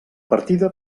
partida